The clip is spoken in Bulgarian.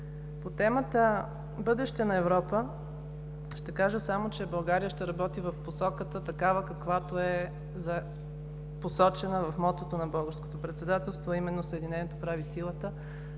По темата „Бъдеще на Европа“ ще кажа само, че България ще работи в посоката такава, каквато е посочена в мотото на българското председателство, а именно „Съединението прави силата“